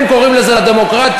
הם קוראים לזה לדמוקרטיה,